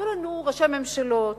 היו לנו ראשי ממשלות